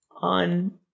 On